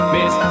Miss